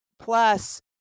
Plus